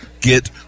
get